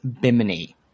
Bimini